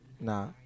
nah